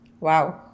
Wow